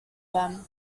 them